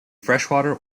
freshwater